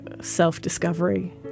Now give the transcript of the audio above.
self-discovery